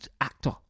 actor